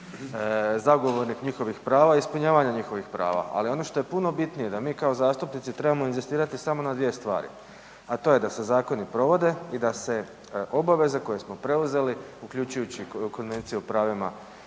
zagovornik njihovih prava i ispunjavanja njihovih prava. Ali ono što je puno bitnije da mi kao zastupnici trebamo inzistirati samo na dvije stvari, a to je da se zakoni provode i da se obaveze koje smo preuzeli, uključujući i Konvenciju o pravima